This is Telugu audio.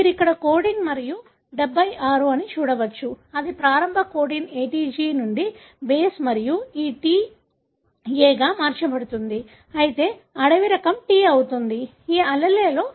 మీరు ఇక్కడ కోడింగ్ మరియు 76 అని చూడవచ్చు అది ప్రారంభ కోడన్ ATG నుండి బేస్ మరియు ఈ T A గా మార్చబడుతుంది అయితే అడవి రకం T అవుతుంది ఈ allele లో ఇది A